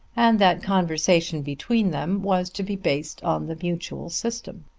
and that conversation between them was to be based on the mutual system.